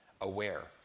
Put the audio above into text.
aware